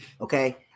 Okay